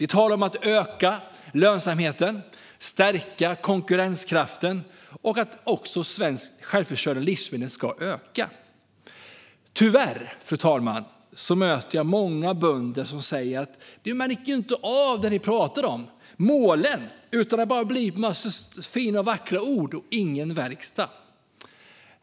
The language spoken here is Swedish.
Vi talar om att öka lönsamheten, stärka konkurrenskraften och öka svensk självförsörjning av livsmedel. Fru talman! Tyvärr möter jag många bönder som säger att de inte märker av det vi pratade om, alltså målen, utan att det bara har blivit en massa vackra ord och ingen verkstad.